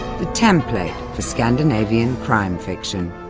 the template for scandinavian crime fiction.